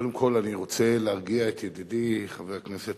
קודם כול אני רוצה להרגיע את ידידי חבר הכנסת